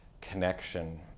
connection